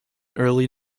early